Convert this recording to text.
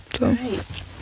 right